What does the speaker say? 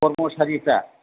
करम'सारिफ्रा